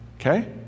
okay